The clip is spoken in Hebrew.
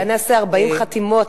אולי נעשה 40 חתימות,